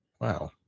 wow